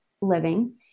living